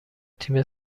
تیم